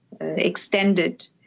extended